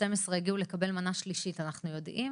12 הגיעו לקבל מנה שלישית אנחנו יודעים?